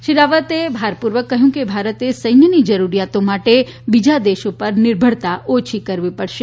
શ્રી રાવતે ભારપૂર્વક કહ્યું કે ભારતે સૈન્યની જરૂરિયાતો માટે બીજા દેશો પર નિર્ભરતા ઓછી કરવી પડશે